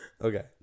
Okay